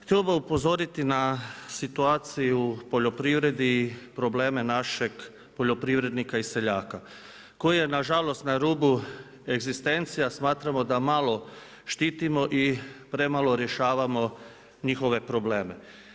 Htio bih upozoriti na situaciju u poljoprivredi i probleme našeg poljoprivrednika i seljaka koji je nažalost na rubu egzistencije, a smatramo da malo štitimo i premalo rješavamo njihove problem.